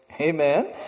amen